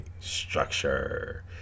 structure